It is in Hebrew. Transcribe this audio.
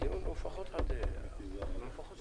כאשר מחזירים את ההגדרה, בעצם.